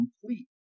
complete